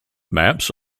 maps